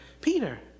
Peter